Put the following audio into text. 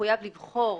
מחויב לבחור